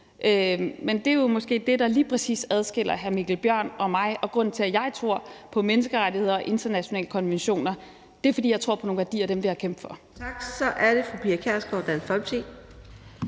Men det er jo måske lige præcis det, der adskiller hr. Mikkel Bjørn og mig. Grunden til, at jeg tror på menneskerettigheder og internationale konventioner, er, at jeg tror på nogle værdier, og dem vil jeg kæmpe for. Kl. 15:12 Fjerde næstformand (Karina